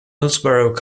hillsborough